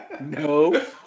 No